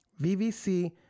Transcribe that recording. VVC